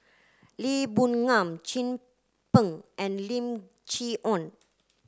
Lee Boon Ngan Chin Peng and Lim Chee Onn